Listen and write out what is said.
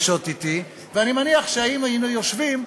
ואני מניח שאם היינו יושבים,